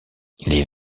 les